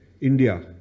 India